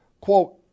quote